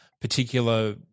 particular